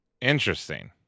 Interesting